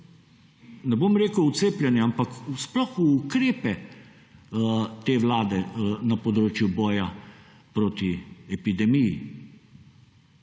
ne bom rekel v cepljenje, ampak sploh v ukrepe te Vlade na področju boja proti epidemiji.